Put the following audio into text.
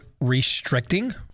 restricting